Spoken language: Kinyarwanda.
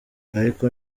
ariko